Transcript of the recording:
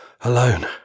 alone